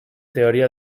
teoria